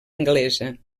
anglesa